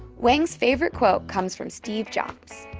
wang's favorite quote comes from steve jobs.